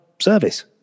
service